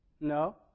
No